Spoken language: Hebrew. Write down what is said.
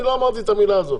אני לא אמרתי את המילה הזו.